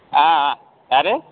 ஆ ஆ யார்